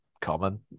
common